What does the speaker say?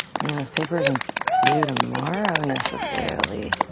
i mean, this paper isn't due tomorrow, necessarily.